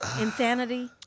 insanity